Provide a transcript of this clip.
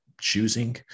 choosing